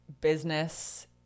business